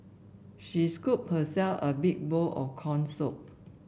she scooped herself a big bowl of corn soup